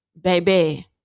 baby